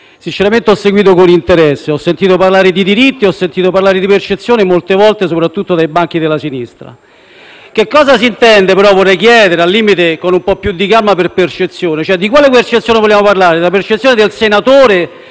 sinceramente, ho seguito con interesse. Ho sentito parlare di diritti e ho sentito molte volte parlare di percezione della sicurezza, soprattutto dai banchi della sinistra. Che cosa si intende, però vorrei chiedere, al limite con un po' più di calma, per percezione? Di quale percezione vogliamo parlare? Di quella del senatore